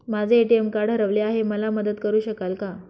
माझे ATM card हरवले आहे, मला मदत करु शकाल का?